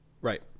Right